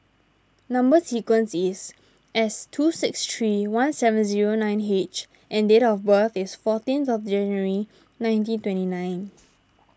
Number Sequence is S two six three one seven zero nine H and date of birth is fourteenth January nineteen twenty nine